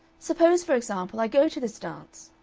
suppose, for example, i go to this dance?